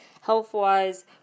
health-wise